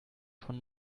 von